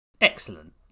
Excellent